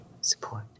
support